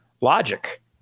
logic